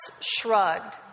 Shrugged